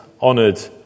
honoured